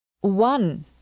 One